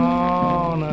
on